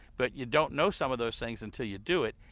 but you don't know some of those things until you do it.